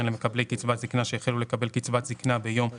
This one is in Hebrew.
למקבלי קצבת הזקנה שהחלו לקבל קצבת זקנה ביום ל'